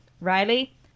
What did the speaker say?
riley